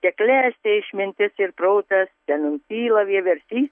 te klesti išmintis ir protas te nenutyla vieversys